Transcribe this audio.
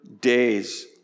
days